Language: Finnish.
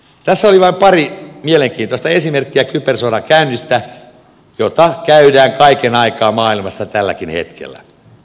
tässä oli vain pari mielenkiintoista esimerkkiä kybersodankäynnistä jota on maailmassa kaiken aikaa tälläkin hetkellä